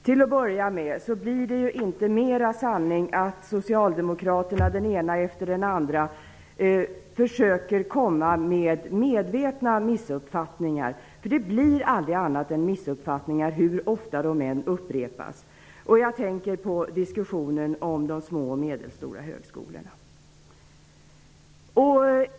Till att börja med blir det inte mera sanning om den ena socialdemokraten efter den andra kommer med medvetna missuppfattningar. Det kan aldrig bli annat än missuppfattningar, hur ofta de än upprepas. Jag tänker på diskussionen om de små och medelstora högskolorna.